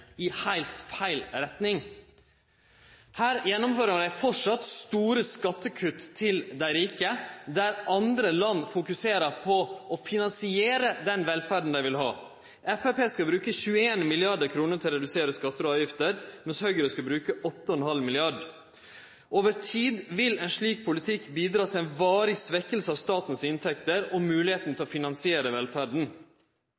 i heilt feil retning. Dei gjennomfører framleis store skattekutt til dei rike der andre land fokuserer på å finansiere den velferda dei vil ha. Framstegspartiet skal bruke 21 mrd. kr til å redusere skattar og avgifter, mens Høgre skal bruke 8,5 mrd. kr. Over tid vil ein slik politikk bidra til varig svekking av statens inntekter og moglegheita til